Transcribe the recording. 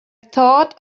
thought